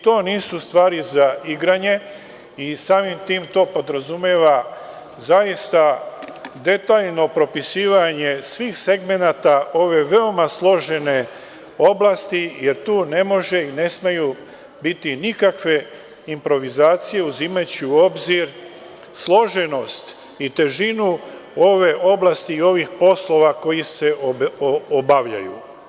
To nisu stvari za igranje i samim tim to podrazumeva zaista detaljno propisivanje svih segmenata ove veoma složene oblasti, jer tu ne mogu i ne smeju biti nikakve improvizacije, uzimajući u obzir složenost i težinu ove oblasti i ovih poslova koji se obavljaju.